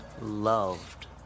loved